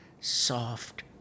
soft